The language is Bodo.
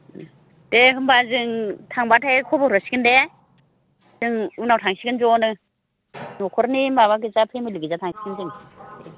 दे होमबा जों थांबाथाय खबर हरसिगोन दे जों उनाव थांसिगोन ज'नो न'खरनि माबा गोजा फेमेलि गोजा थांसिगोन जों